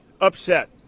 upset